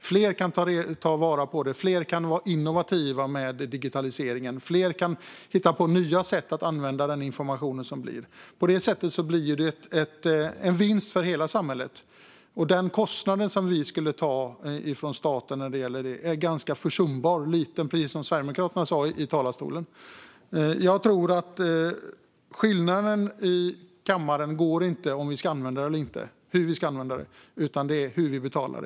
Fler kan ta vara på det, fler kan vara innovativa med digitaliseringen och fler kan hitta på nya sätt att använda den information som uppstår. På det sättet blir det en vinst för hela samhället. Den kostnad som vi skulle ta från staten när det gäller detta är ganska försumbar, precis som ledamoten från Sverigedemokraterna sa i talarstolen. Jag tror att skiljelinjen i kammaren inte går vid om vi ska använda detta eller inte eller vid hur vi ska använda det, utan det handlar om hur vi betalar.